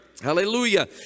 Hallelujah